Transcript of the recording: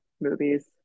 movies